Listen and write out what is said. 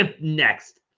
Next